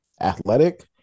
athletic